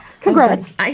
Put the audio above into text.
Congrats